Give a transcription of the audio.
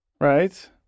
right